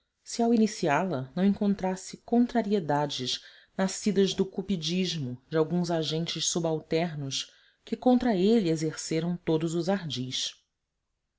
se ao iniciá la não encontrasse contrariedades nascidas do cupidismo de alguns agentes subalternos que contra ele exerceram todos os ardis